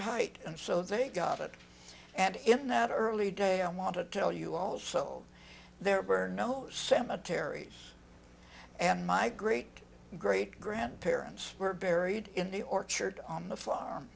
height and so they got it and in that early day i want to tell you all sold their burn no cemeteries and my great great grandparents were buried in the orchard on the farm